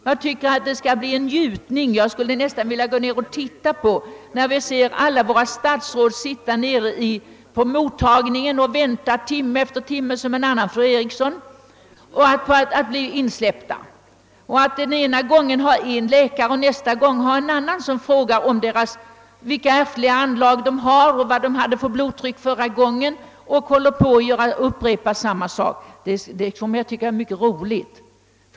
Jag tycker att det skall bli något av en njutning att kunna se alla våra statsråd sitta på mottagningen och vänta timme efter timme — som en annan fru Eriksson — på att bli insläppta och så den ena gången tala med en läkare och nästa gång med en annan läkare, som frågar vilka ärftliga anlag de har, vad de hade för blodtryck förra gången etc.